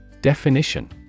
Definition